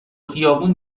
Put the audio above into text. خیابون